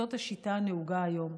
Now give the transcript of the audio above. זאת השיטה הנהוגה היום.